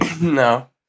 No